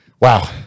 Wow